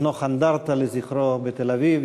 לחנוך אנדרטה לזכרו בתל-אביב,